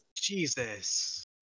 Jesus